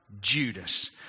Judas